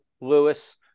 Lewis